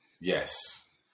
Yes